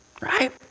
Right